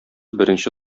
беренче